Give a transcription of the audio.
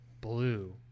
Blue